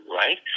right